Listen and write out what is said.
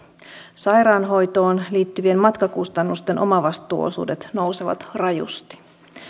sairaanhoitoon liittyvien matkakustannusten omavastuuosuudet nousevat rajusti